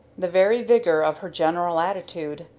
the very vigor of her general attitude,